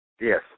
Yes